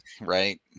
right